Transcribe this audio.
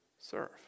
Serve